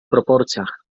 proporcjach